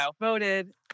voted